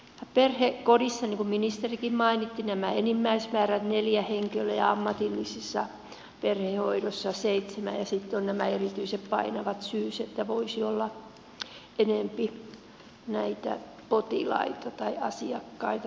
perhekodissa niin kuin ministerikin mainitsi nämä enimmäismäärät ovat neljä henkilöä ja ammatillisessa perhehoidossa seitsemän ja sitten on nämä erityisen painavat syyt että voisi olla enempi näitä potilaita tai asiakkaita